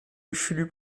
fulup